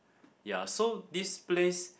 ya so this place